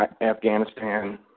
Afghanistan